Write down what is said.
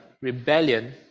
rebellion